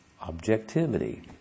objectivity